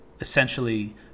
essentially